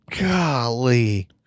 golly